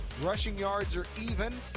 rushing yards are even,